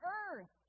earth